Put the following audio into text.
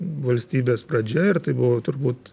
valstybės pradžia ir tai buvo turbūt